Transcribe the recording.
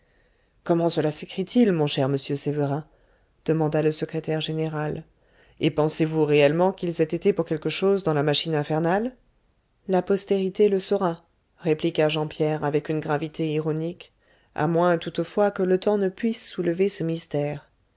comment cela sécrit il mon cher monsieur séverin demanda le secrétaire général et pensez-vous réellement qu'ils aient été pour quelque chose dans la machine infernale la postérité le saura répliqua jean pierre avec une gravité ironique à moins toutefois que le temps ne puisse soulever ce mystère